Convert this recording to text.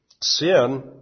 sin